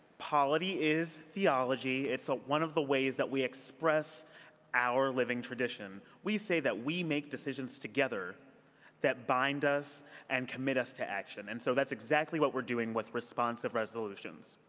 polity is theology. it's ah one of the ways that we express our living tradition. we say that we make decisions together that bind us and committees to action and so that's exactly what we're doing with responsive resolutions.